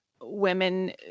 women